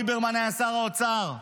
ליברמן היה שר האוצר.